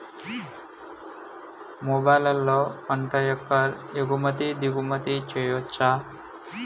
మొబైల్లో పంట యొక్క ఎగుమతి దిగుమతి చెయ్యచ్చా?